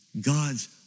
God's